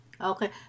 Okay